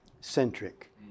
centric